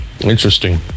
Interesting